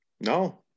No